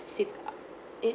sip uh it